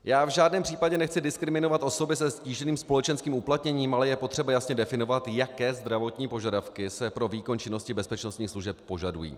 V žádném případě nechci diskriminovat osoby se ztíženým společenským uplatněním, ale je potřeba jasně definovat, jaké zdravotní požadavky se pro výkon činnosti bezpečnostních služeb požadují.